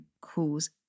cause